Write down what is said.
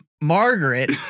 Margaret